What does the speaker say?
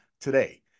today